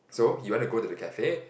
so you want to go the cafe